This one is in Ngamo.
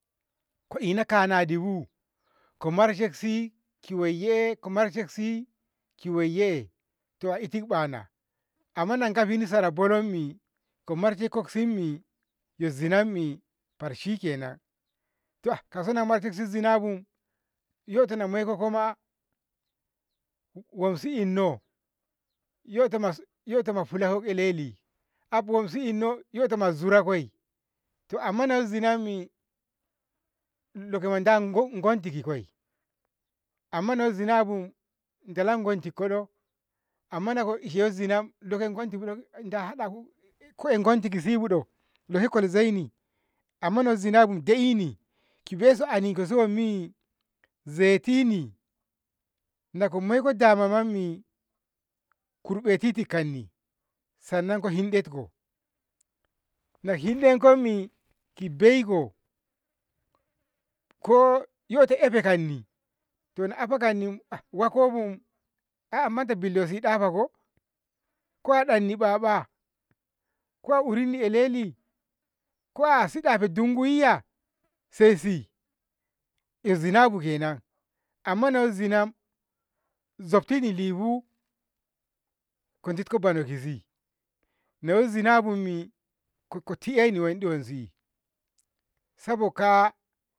ko ina kanadibu ko marshe kisi ki wayye ko marshe kisi ki wayye to itu ɓaana amma na gafinni sara bolommi ko marshe kisimmi yo zinammi far shikenan kauso na marshensi zinabu yota namoiko koma wamsi inno, yotoma yotoma a fulako ki el'ehli af wamsi inno yotoma zurakoi to amma nayo zinammi amma nayo zinabu dalongonti koi amma nako ishe yo zina nahaɗano ko eh gomti kisibu do? leko goli zaini amma yo zinabu ko da'eni kibesu a likasi wammi zetini na ko moiko damammi kurbetitit kanni sannan ko hindaiko nahiɗetkommi ki beiko ko yoto 'yafa kanni, na 'yafa kanni wakobu ai amantabi si dahaka ko? ko a ɗanni ɓaɓa do a urinni el'eli ko afaɗafasi dongoyyo yiya sai si 'yak zinabu kenan amma nayo zina zobtiɗi dibu ko dikko bano kisi layo zinabummi ko to tu'eni wanɗe wanse saboka'a